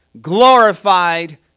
glorified